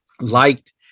liked